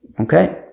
Okay